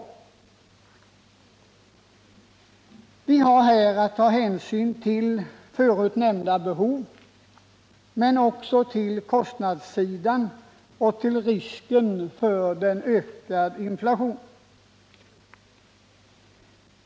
Vi har här att ta hänsyn till förut nämnda behov men också till kostnadssidan och till risken för en ökad inflation.